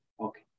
okay